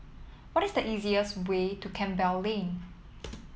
what is the easiest way to Campbell Lane